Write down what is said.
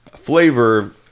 flavor